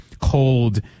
cold